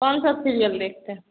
कौन सा सीरियल देखते हैं